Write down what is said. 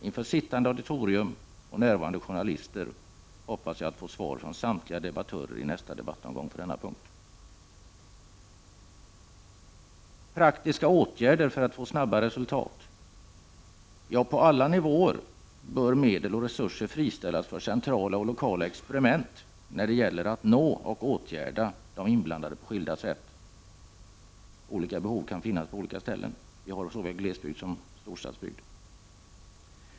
Inför sittande auditorium och närvarande journalister "hoppas jag att få svar från samtliga debattörer i nästa replikomgång på denna Praktiska åtgärder måste vidtas för att få snabba resultat. Ja, på alla nivåer bör medel och resurser friställas för centrala och lokala experiment när det gäller att nå och åtgärda de inblandade på skilda sätt. Olika behov kan finnas på olika ställen. Vi har såväl glesbygd som storstadsbygd.